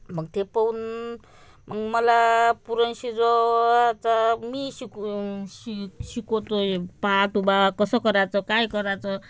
मग ते पहून मग मला पुरण शिजो वाचा मी शिकून शि शिकवतोय पाहतो बा कसं करायचं काय करायचं